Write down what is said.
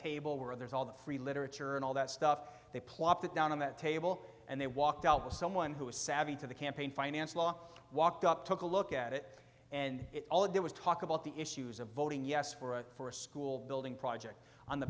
table where there's all the free literature and all that stuff they plop it down on that table and they walked out with someone who was savvy to the campaign finance law walked up took a look at it and there was talk about the issues of voting yes for a for a school building project on the